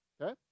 Okay